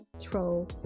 troll